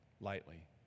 lightly